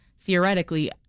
theoretically